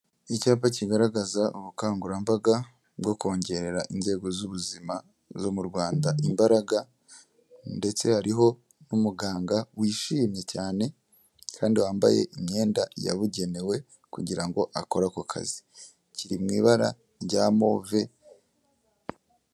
Icyapa kigaragaza ubukangurambaga bwo kongerera inzego z'ubuzima zo mu Rwanda, imbaraga ndetse hariho n'umuganga wishimye cyane kandi wambaye imyenda yabugenewe kugira ngo akore ako kazi kiri ibara rya move.